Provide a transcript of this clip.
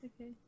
Okay